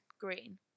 green